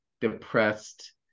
depressed